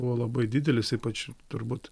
buvo labai didelis ypač turbūt